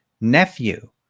nephew